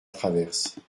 traverse